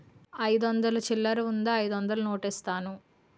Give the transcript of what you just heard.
అయిదు వందలు చిల్లరుందా అయిదొందలు నోటిస్తాను?